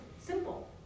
simple